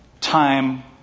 time